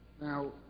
Now